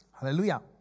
hallelujah